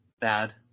bad